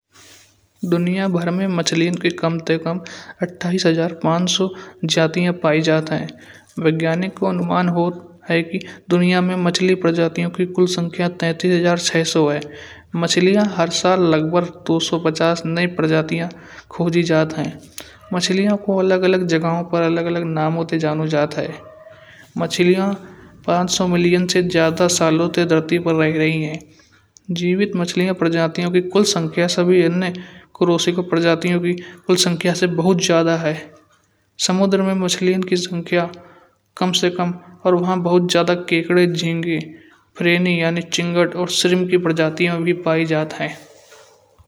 दुनिया भर में मछलियन की कम ते कम अट्ठाईस हज़ार पाँच सौ जातियाँ पाई जाती ह। वैज्ञानिकों को अनुमान ह की दुनिया में मछल्यों की प्रजातियाँ की कुल संख्या तैंतीस हजार छह सौ ह। मछलियाँ हर साल लगभग दो सो पचास नई प्रजातियाँ खोजी जात ह। मछल्यों को अलग अलग जगह पर अलग अलग नामों ते जानो जात ह। मछलियाँ पाँच सो मिलियन से ज्यादा सालों ते ज्यादा से धरती पर रेंग रही ह। जीवित मछलियाँ प्रजातियों की कुल संख्या से बहुत ज्यादा ह। समुद्र में मछलियन की संख्या कम से कम वहा बहुत ज्यादा केकड़े जेहंगीर और सिराम की प्रजातियाँ भी पाई जात ह।